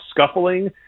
scuffling